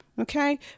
Okay